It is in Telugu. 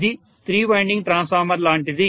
ఇది త్రీ వైండింగ్ ట్రాన్స్ఫార్మర్ లాంటిది